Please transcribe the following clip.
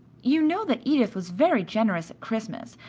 you know that edith was very generous at christmas,